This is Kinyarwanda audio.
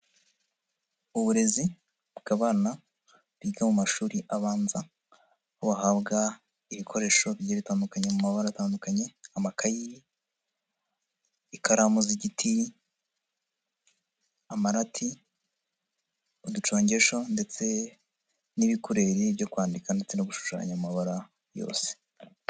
Uburezi bw'abana biga mu mashuri abanza, aho bahabwa ibikoresho bigiye bitandukanye mu mabara atandukanye, amakayi, ikaramu z'igiti, amarati, uducongesho ndetse n'ibikureri byo kwandika ndetse no gushushanya mu mabara yose.